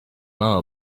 more